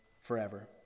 forever